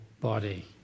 body